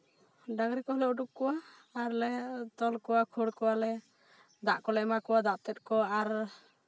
ᱰᱟᱝᱨᱤ ᱠᱚᱦᱚᱸᱞᱮ ᱩᱰᱩᱠ ᱠᱚᱣᱟ ᱟᱨᱞᱮ ᱛᱚᱞ ᱠᱚᱣᱟᱞᱮ ᱠᱷᱟᱹᱲ ᱠᱚᱣᱟᱞᱮ ᱫᱟᱜ ᱠᱚᱞᱮ ᱮᱢᱟ ᱠᱚᱣᱟ ᱫᱟᱜ ᱛᱮᱜ ᱠᱚ ᱟᱨ